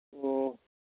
ꯑꯣ